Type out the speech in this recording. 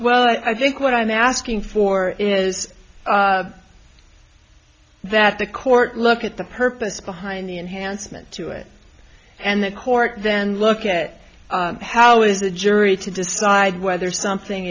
well i think what i'm asking for is that the court look at the purpose behind the enhancement to it and the court then look at how is the jury to decide whether something